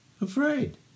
Afraid